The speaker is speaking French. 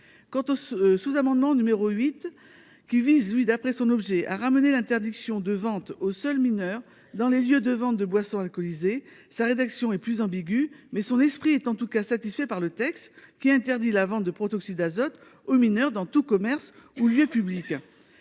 Le sous-amendement n° 8 a pour objet de ramener l'interdiction de vente aux seuls mineurs dans les lieux de vente de boissons alcoolisées. Sa rédaction est plus ambigüe, mais son esprit est en tout cas satisfait par le texte, qui interdit la vente de protoxyde d'azote aux mineurs dans tous commerces ou lieux publics.